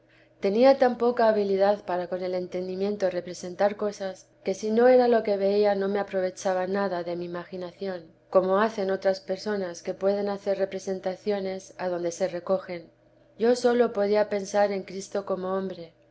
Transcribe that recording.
tenía tan poca habilidad para con el entendimiento representar cosas que si no era lo que veía no me aprovechaba nada de mi imaginación como hacen otras personas que pueden hacer representaciones adonde se recogen yo sólo podía pensar en cristo como hombre